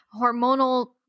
hormonal